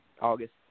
August